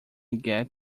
get